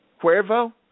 Cuervo